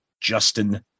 Justin